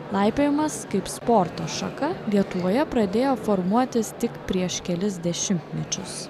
laipiojimas kaip sporto šaka lietuvoje pradėjo formuotis tik prieš kelis dešimtmečius